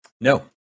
No